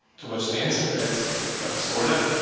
to which the answer is sort of.